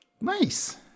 Nice